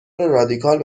رادیکال